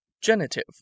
Genitive